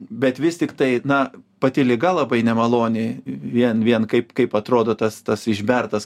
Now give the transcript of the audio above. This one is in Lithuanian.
bet vis tiktai na pati liga labai nemaloniai vien vien kaip kaip atrodo tas tas išbertas